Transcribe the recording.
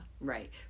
Right